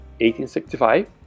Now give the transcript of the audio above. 1865